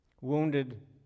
wounded